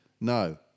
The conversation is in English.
no